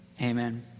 Amen